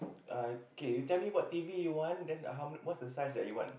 ah okay you tell me what T_V you want then how what's the size that you want